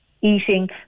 eating